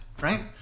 right